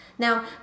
Now